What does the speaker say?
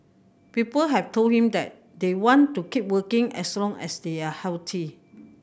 people have told him that they want to keep working as long as they are healthy